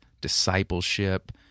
discipleship